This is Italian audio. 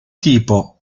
tipo